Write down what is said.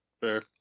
Fair